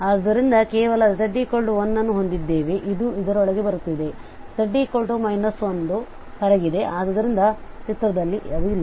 ಆದ್ದರಿಂದ ಕೇವಲ z 1 ಅನ್ನು ಹೊಂದಿದ್ದೇವೆ ಅದು ಇದರೊಳಗೆ ಬರುತ್ತಿದೆ z 1 ಹೊರಗಿದೆ ಆದ್ದರಿಂದ ಚಿತ್ರದಲ್ಲಿ ಇಲ್ಲ